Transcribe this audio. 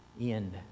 End